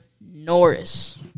Norris